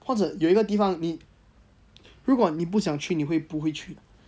或者有一个地方你如果你不想去你会不会去呢